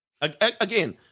Again